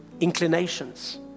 inclinations